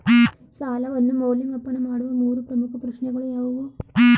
ಸಾಲವನ್ನು ಮೌಲ್ಯಮಾಪನ ಮಾಡುವ ಮೂರು ಪ್ರಮುಖ ಪ್ರಶ್ನೆಗಳು ಯಾವುವು?